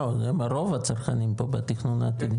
לא, לא הם רוב הצרכנים פה בתכנון העתידי.